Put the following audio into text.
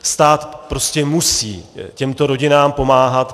Stát prostě musí těmto rodinám pomáhat.